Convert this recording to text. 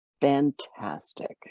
Fantastic